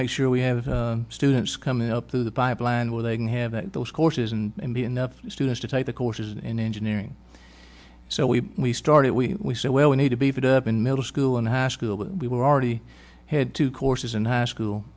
make sure we have students coming up through the pipeline where they can have those courses and the enough students to take the courses in engineering so we started we said well we need to beef it up in middle school and high school but we were already had two courses in high school